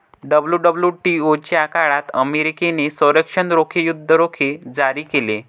WWTO च्या काळात अमेरिकेने संरक्षण रोखे, युद्ध रोखे जारी केले